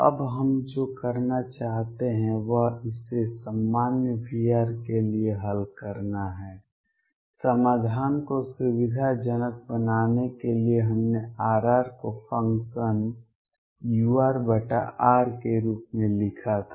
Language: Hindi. अब हम जो करना चाहते हैं वह इसे सामान्य V के लिए हल करना है समाधान को सुविधाजनक बनाने के लिए हमने R को फ़ंक्शन urr के रूप में लिखा था